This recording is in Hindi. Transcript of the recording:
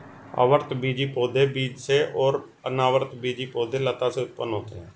आवृतबीजी पौधे बीज से और अनावृतबीजी पौधे लता से उत्पन्न होते है